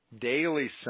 daily